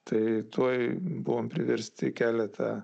tai tuoj buvom priversti keletą